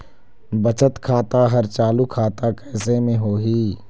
बचत खाता हर चालू खाता कैसे म होही?